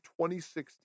2016